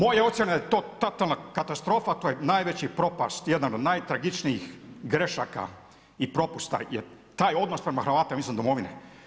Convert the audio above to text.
Moja ocjena je totalna katastrofa, to je najveći propast jednog od najtragičnijih grešaka i propusta je taj odnos prema Hrvatima izvan domovine.